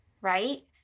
right